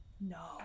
No